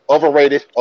Overrated